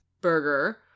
burger